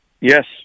Yes